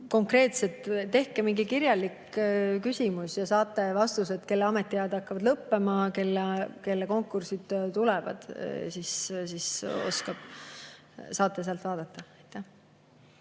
konkreetselt mingi kirjalik küsimus ja saate vastused, kelle ametiajad hakkavad lõppema, kelle konkursid tulevad. Siis saate sealt vaadata.